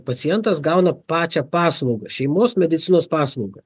pacientas gauna pačią paslaugą šeimos medicinos paslaugą